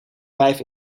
vijf